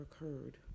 occurred